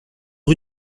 rue